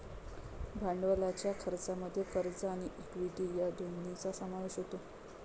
भांडवलाच्या खर्चामध्ये कर्ज आणि इक्विटी या दोन्हींचा समावेश होतो